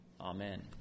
Amen